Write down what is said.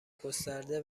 گسترده